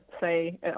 say